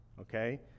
okay